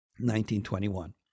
1921